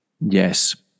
Yes